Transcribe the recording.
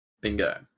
Bingo